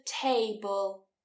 table